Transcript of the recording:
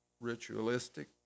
ritualistic